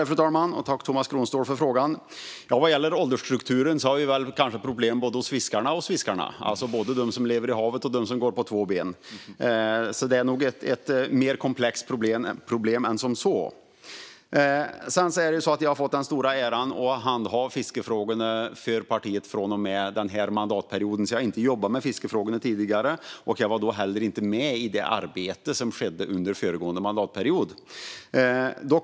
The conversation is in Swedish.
Fru talman! Tack, Tomas Kronståhl, för frågan! Vad gäller åldersstrukturen har vi kanske problem både hos fiskarna och fiskarna, alltså både de som lever i havet och de som går på två ben. Så det är nog ett mer komplext problem. Jag har fått den stora äran att handha fiskefrågorna för partiet från och med denna mandatperiod. Jag har inte jobbat med fiskefrågorna tidigare, och jag var inte heller med i det arbete som skedde under föregående mandatperiod.